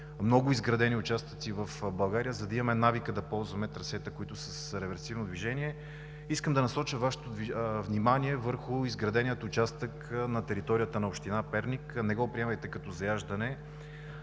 много изградени участъци в България, за да имаме навика да ползваме трасета, които са с реверсивно движение. Искам да насоча Вашето внимание върху изградения участък на територията на община Перник. Не го приемайте като заяждане,